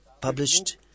published